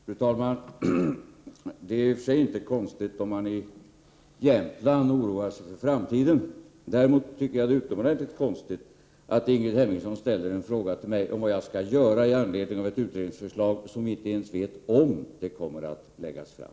Fru talman! Det är i och för sig inte konstigt om man i Jämtland oroar sig för framtiden. Däremot tycker jag att det är utomordentligt konstigt att Ingrid Hemmingsson ställer en fråga till mig om vad jag skall göra i anledning av ett utredningsförslag som vi inte ens vet om det kommer att läggas fram.